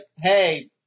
Hey